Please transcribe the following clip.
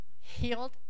healed